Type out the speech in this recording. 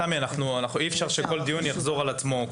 תמי, אי אפשר שכל דיון יחזור על עצמו.